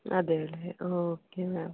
അതെ അതെ ആ ഓക്കെ മാം